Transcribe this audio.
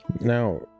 Now